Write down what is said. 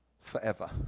forever